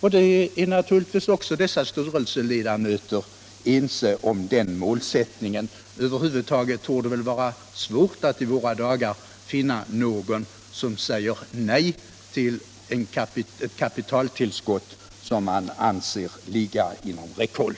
och den målsättningen är naturligtvis dessa styrelseledamöter ense om. Det torde över huvud taget vara svårt att i våra dagar finna någon som säger nej till ett kapitaltillskott som man anser ligga inom räckhåll.